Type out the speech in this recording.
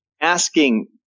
asking